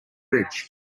bridge